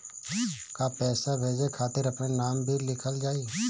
का पैसा भेजे खातिर अपने नाम भी लिकल जाइ?